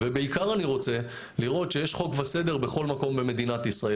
ובעיקר אני רוצה לראות שיש חוק וסדר בכל מקום במדינת ישראל,